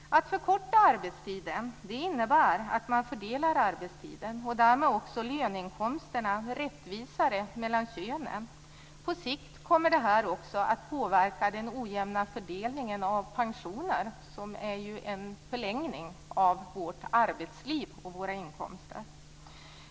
Att förkorta arbetstiden innebär att fördela arbetstiden och därmed också löneinkomsterna rättvisare mellan könen. På sikt kommer det att påverka den ojämna fördelningen av pensioner - som är en förlängning av vårt arbetsliv och våra inkomster.